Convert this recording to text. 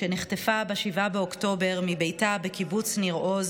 שנחטפה ב-7 באוקטובר מביתה בקיבוץ ניר עוז